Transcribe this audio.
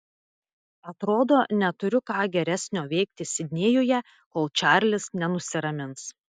atrodo neturiu ką geresnio veikti sidnėjuje kol čarlis nenusiramins